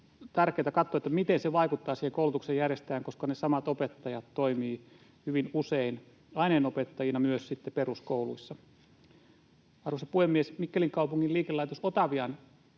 tärkeätä katsoa, miten se vaikuttaa siihen koulutuksen järjestäjään, koska ne samat opettajat toimivat hyvin usein aineenopettajina myös sitten peruskouluissa. Arvoisa puhemies! Mikkelin kaupungin liikelaitos Otavian